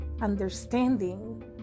Understanding